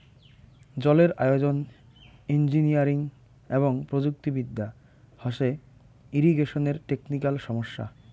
জলের আয়োজন, ইঞ্জিনিয়ারিং এবং প্রযুক্তি বিদ্যা হসে ইরিগেশনের টেকনিক্যাল সমস্যা